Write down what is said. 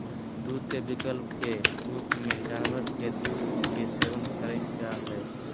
दूध के विकल्प के रूप में जानवर के दूध के सेवन कइल जा हइ